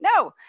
No